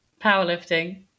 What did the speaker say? Powerlifting